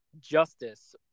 justice